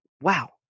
wow